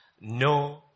no